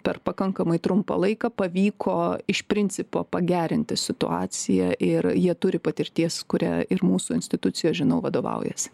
per pakankamai trumpą laiką pavyko iš principo pagerinti situaciją ir jie turi patirties kuria ir mūsų institucijos žinau vadovaujasi